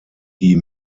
die